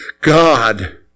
God